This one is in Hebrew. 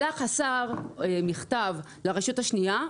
שלח השר מכתב לרשות השנייה.